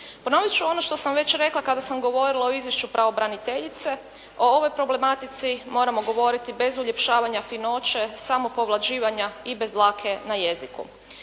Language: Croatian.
Ponovit ću ono što sam već rekla kada sam govorila o izvješću pravobraniteljice. O ovoj problematici moramo govoriti bez uljepšavanja, finoće, samopovlađivanja i bez dlake na jeziku.